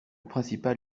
principal